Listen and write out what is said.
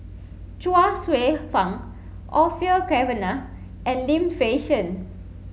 Chuang Hsueh Fang Orfeur Cavenagh and Lim Fei Shen